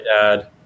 dad